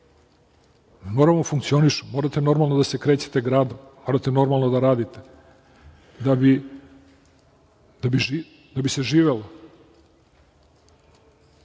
moramo da funkcionišemo, morate normalno da se krećete gradom, morate normalno da radite, da bi se živelo. Sa